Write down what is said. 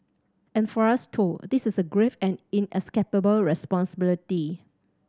and for us too this is a grave and inescapable responsibility